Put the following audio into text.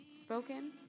spoken